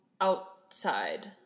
outside